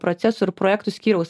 procesų ir projektų skyriaus